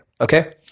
Okay